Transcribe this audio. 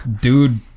dude